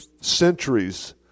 centuries